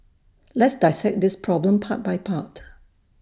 let's dissect this problem part by part